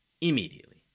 immediately